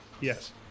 Yes